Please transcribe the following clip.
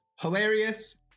hilarious